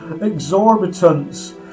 exorbitance